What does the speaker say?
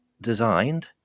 designed